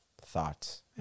thoughts